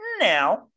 now